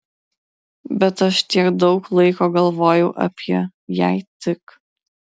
bet aš tiek daug laiko galvojau apie jei tik